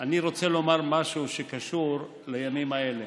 אני רוצה לומר משהו שקשור לימים האלה,